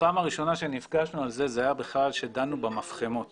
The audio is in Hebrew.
בפעם הראשונה שנפגשנו על זה זה היה בכלל כשדנו במפחמות